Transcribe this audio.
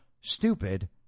stupid